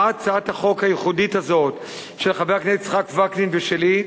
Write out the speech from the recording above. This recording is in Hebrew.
באה הצעת החוק הייחודית הזאת של חבר הכנסת יצחק וקנין ושלי,